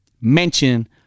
mention